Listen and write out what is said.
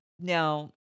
Now